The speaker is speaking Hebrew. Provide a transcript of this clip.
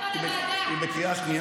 אדוני השר,